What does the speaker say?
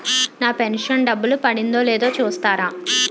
నా pension డబ్బులు పడిందో లేదో చూస్తారా?